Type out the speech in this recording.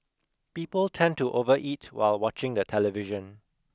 people tend to overeat while watching the television